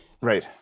right